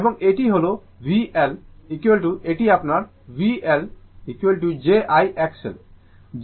এবং এটি হল VL এটি আপনার VL j I XL j মানে অ্যাঙ্গেল 90o